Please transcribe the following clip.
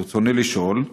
רצוני לשאול: